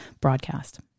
broadcast